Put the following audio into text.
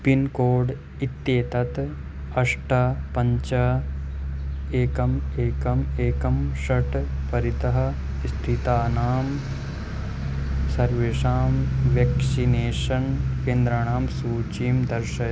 pincode इत्येतत् अष्ट पञ्च एकम् एकम् एकं षट् परितः स्थितानां सर्वेषां व्यक्षिनेषन् केन्द्राणां सूचीं दर्शय